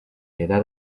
edad